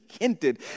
hinted